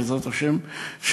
בעזרת השם,